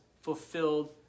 fulfilled